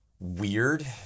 weird